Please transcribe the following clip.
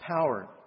power